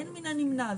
אין מן הנמנע,